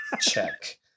check